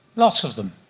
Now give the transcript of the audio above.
lots of them.